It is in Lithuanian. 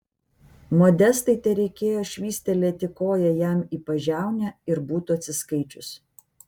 modestai tereikėjo švystelėti koja jam į pažiaunę ir būtų atsiskaičius